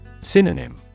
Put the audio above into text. Synonym